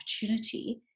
opportunity